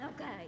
Okay